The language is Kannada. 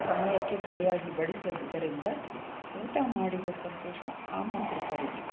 ಸಮಯಕ್ಕೆ ಸರಿಯಾಗಿ ಬಡಿಸಿದ್ದರಿಂದ ಊಟ ಮಾಡಿದ ಸಂತೋಷ ಆಮಂತ್ರಿತರಿಗೆ